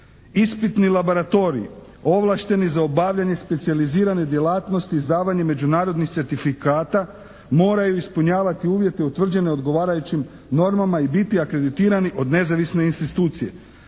Ispitni laboratoriji, ovlašteni za obavljanje specijalizirane djelatnosti i izdavanje međunarodnih certifikata moraju ispunjavati uvjete utvrđene odgovarajućim normama i biti akreditirani od nezavisne institucije.